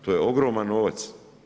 To je ogroman novac.